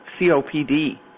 COPD